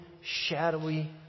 shadowy